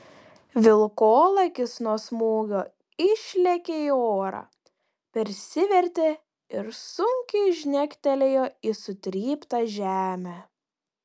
vilkolakis nuo smūgio išlėkė į orą persivertė ir sunkiai žnektelėjo į sutryptą žemę